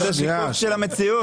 זה שיקוף של המציאות.